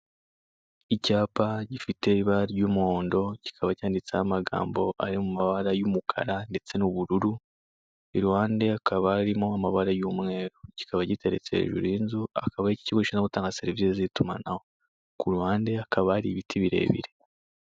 Icyapa gifite ibara ry'umuhondo kikaba cyanditseho amagambo ari mu mabara y'umukara ndetse n'ubururu, iruhande hakaba harimo amabara y'umweru, kikaba giteretse hejuru y'inzu akaba aricyo bakoresha bari gutanga serivisi z'itumanaho, ku ruhande hakaba hari ibiti birebire.